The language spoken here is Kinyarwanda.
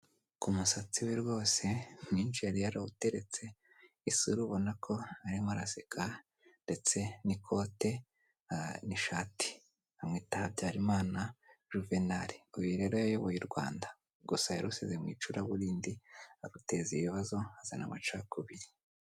ku musatsi we rwose mwinshi yari yarawuteretse isura ubona ko arimo araseka ndetse n'ikote n 'ishati amwita habyarimana juvenali uyu rero yayoboye u rwanda gusa yarusize mu icuraburindi aruteza ibibazo azana amacakubiri